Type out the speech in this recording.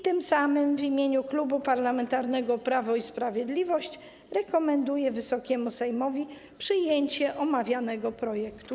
Tym samym w imieniu Klubu Parlamentarnego Prawo i Sprawiedliwość rekomenduję Wysokiemu Sejmowi przyjęcie omawianego projektu.